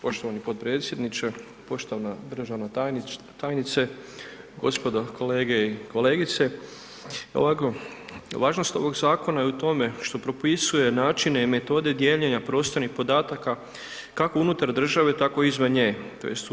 Poštovani potpredsjedniče, poštovana državna tajnice, gospodo kolege i kolegice ovako važnost ovog zakona je u tome što propisuje načine i metode dijeljenja prostornih podataka kako unutar države tako i izvan nje tj. u EU.